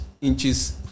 inches